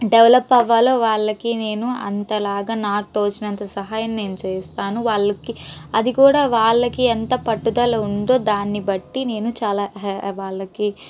develop అవ్వాలో వాళ్ళకి నేను అంత లాగా నాకు తోచినంత సహాయం నేను చేస్తాను వాళ్ళకి అది కూడా వాళ్ళకి ఎంత పట్టుదల ఉందో దాన్ని బట్టి నేను చాలా వాళ్ళకి